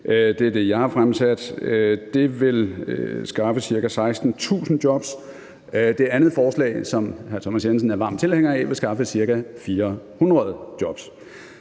det er det, jeg har foreslået – og det vil skaffe ca. 16.000 jobs. Det andet forslag, som hr. Thomas Jensen er varm tilhænger af, vil skaffe ca. 400 jobs.